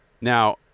Now